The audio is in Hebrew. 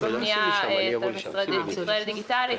יש פה פנייה ל"ישראל דיגיטלית",